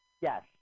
Yes